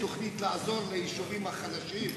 האם יש תוכנית לעזור ליישובים החלשים?